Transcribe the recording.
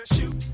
Shoot